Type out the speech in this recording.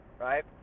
right